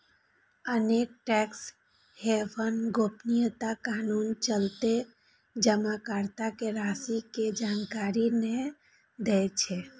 अनेक tax haven गोपनीयता कानूनक चलते जमाकर्ता के राशि के जानकारी नै दै छै